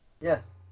Yes